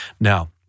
Now